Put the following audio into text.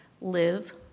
live